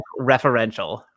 referential